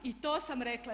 I to sam rekla.